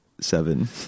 seven